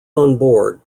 onboard